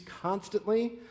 constantly